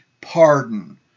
pardon